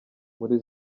muri